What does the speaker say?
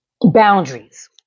boundaries